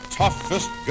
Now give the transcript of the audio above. toughest